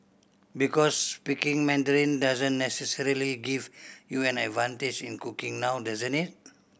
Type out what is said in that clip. because speaking Mandarin doesn't necessarily give you an advantage in cooking now doesn't it